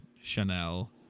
chanel